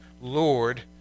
Lord